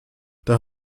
der